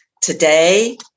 Today